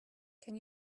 can